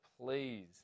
Please